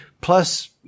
plus